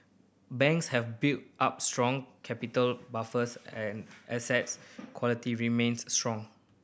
banks have built up strong capital buffers and assets quality remains strong